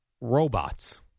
robots